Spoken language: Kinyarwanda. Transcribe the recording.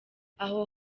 aho